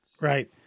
Right